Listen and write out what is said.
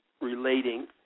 relating